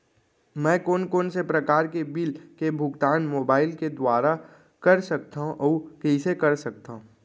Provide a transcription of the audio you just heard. मैं कोन कोन से प्रकार के बिल के भुगतान मोबाईल के दुवारा कर सकथव अऊ कइसे कर सकथव?